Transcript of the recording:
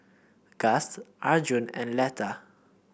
Gust Arjun and Letha